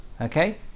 Okay